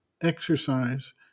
exercise